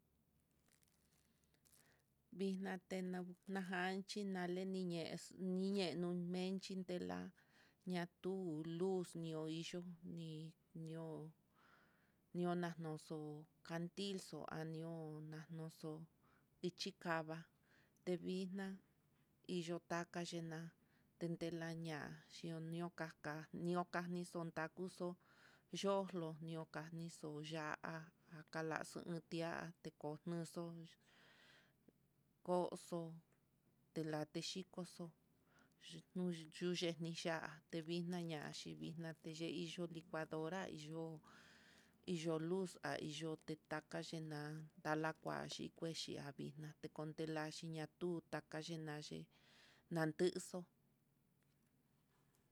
Lina tejan nakanchí tnale yexo'o, niñe numenchí, intela ñatuu luz no iyoo ni ñoo ñona ñoxo'o, kandixo ani'ó nanoxo ichí kava'a tevixna iyo takayena telanñaxhió, nanio kaka ni'ó kanixo takuxo, yo'olo niukanixo oya'a lakalaxo ti'á dekonoxo koxo telate xhikoxo xhinu nuyeni ya'á, telixna ña xhivixna teyeiyo licuadora yo'o, yo'o luz há yotetaka chana talakuaxhi, kuexhi avixna tela tekontiñachi nantu takachiñaxi nanti'i xo'o.